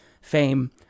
Fame